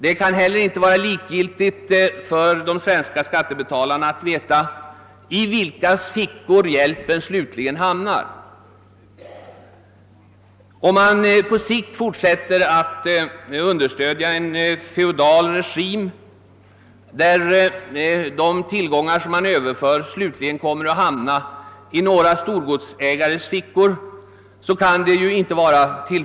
Det kan heller inte vara likgiltigt för de svenska skattebetalarna att veta i vilkas fickor hjälpen slutligen hamnar. Det kan inte på sikt vara tillfredsställande att understödja en feodal regim, där de tillgångar man överför slutligen kommer att hamna i några storgodsägares fickor.